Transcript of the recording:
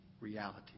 reality